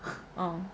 ah